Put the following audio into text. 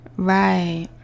right